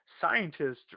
scientists